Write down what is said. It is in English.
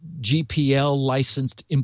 GPL-licensed